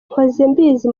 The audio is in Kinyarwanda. mpozembizi